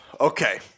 okay